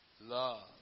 love